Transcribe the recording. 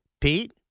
Pete